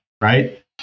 right